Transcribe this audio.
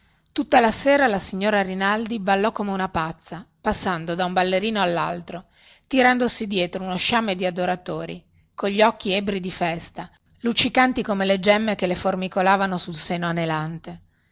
tutta la sera la signora rinaldi ballò come una pazza passando da un ballerino allaltro tirandosi dietro uno sciame di adoratori cogli occhi ebbri di festa luccicanti come le gemme che le formicolavano sul seno anelante